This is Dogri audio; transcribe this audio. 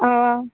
आं